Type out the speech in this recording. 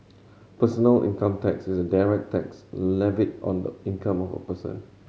personal income tax is a direct tax levied on the income of a person